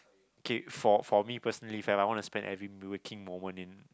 okay for for me personally if I want to spend every working moment in